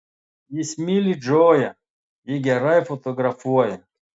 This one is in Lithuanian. jis myli džoją ji gerai fotografuoja